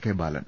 K Balan